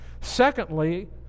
Secondly